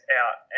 out